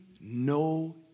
no